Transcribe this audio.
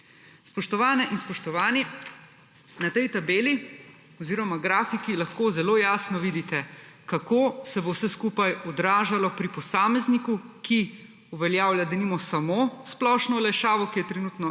Spoštovane in spoštovani, na tej tabeli oziroma grafiki lahko zelo jasno vidite, kako se bo vse skupaj odražalo pri posamezniku, ki uveljavlja, denimo, samo splošno olajšavo, ki je trenutno